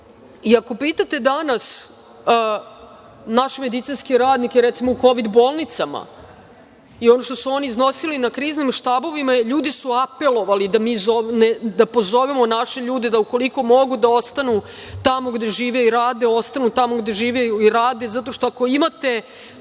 i ako pitate danas naše medicinske radnike, recimo u Kovid bolnicama i ono što su iznosili na kriznim štabovima, ljudi su apelovali da pozovemo naše ljude da ukoliko mogu da ostanu tamo gde žive i rade, da ostanu zato što ako imate